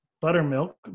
buttermilk